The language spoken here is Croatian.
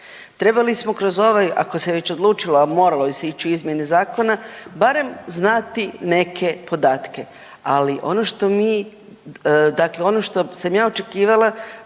Trebali smo kroz ovaj, ako se već odlučilo, a moralo se ići u izmjene zakona, barem znati neke podatke, ali ono što mi, dakle